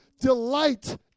Delight